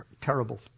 terrible